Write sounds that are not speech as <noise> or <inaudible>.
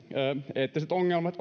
eettiset ongelmat <unintelligible>